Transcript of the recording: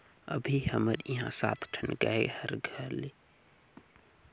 अभी हमर इहां सात ठन गाय हर लगथे ना ओखरे ले सब दूद, दही, घींव मिल जाथे अउ बेंच घलोक देथे घर ले उबरे के बाद